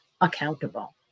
accountable